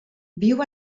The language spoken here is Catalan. viu